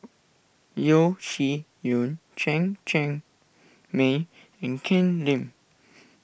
Yeo Shih Yun Chen Cheng Mei and Ken Lim